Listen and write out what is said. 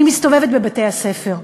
אני מסתובבת בבתי-הספר,